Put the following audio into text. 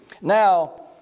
Now